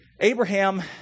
Abraham